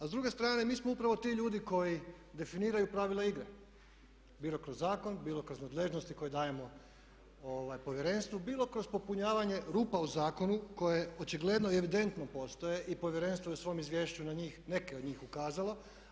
A s druge strane mi smo upravo ti ljudi koji definiraju pravila igre bilo kroz zakon, bilo kroz nadležnosti koje dajemo Povjerenstvu, bilo kroz popunjavanje rupa u zakonu koje očigledno i evidentno postoje i Povjerenstvo je u svom izvješću na njih, neke od njih ukazalo.